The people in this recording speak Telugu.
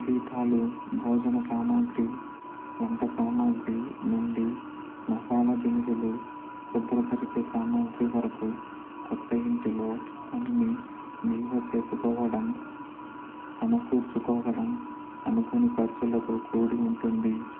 దీపాలు భోజన సామాగ్రి వంట సామాగ్రి నుండి మసాలా దినుసులు శుభ్రపరిచే సామాగ్రి వరకు కొత్త ఇంటిలో అన్నీ నిల్వ చేసుకోవడం సమకూర్చుకోవడం అనుకోని ఖర్చులతో కూడి ఉంటుంది